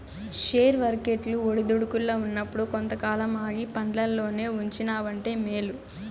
share వర్కెట్లు ఒడిదుడుకుల్ల ఉన్నప్పుడు కొంతకాలం ఆగి పండ్లల్లోనే ఉంచినావంటే మేలు